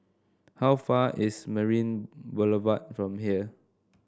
how far is Marina Boulevard from here